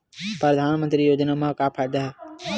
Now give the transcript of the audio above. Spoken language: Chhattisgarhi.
परधानमंतरी योजना म का फायदा?